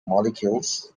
molecules